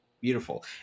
beautiful